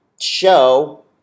show